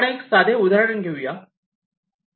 आपण एक साधे उदाहरण घेऊ या